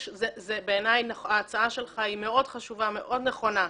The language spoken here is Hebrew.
ובעיניי ההצעה שלך מאוד חשובה ומאוד נכונה.